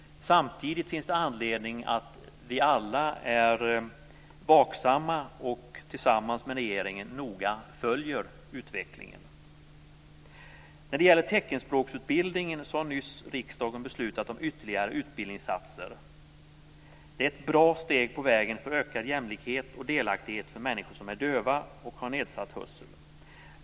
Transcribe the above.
Samtidigt finns det anledning att vi alla är vaksamma och tillsammans med regeringen noga följer utvecklingen. När det gäller teckenspråksutbildningen har riksdagen nyss beslutat om ytterligare utbildningsinsatser. Det är ett bra steg på vägen för ökad jämlikhet och delaktighet för människor som är döva eller har nedsatt hörsel.